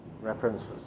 references